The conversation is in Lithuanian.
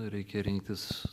reikia rinktis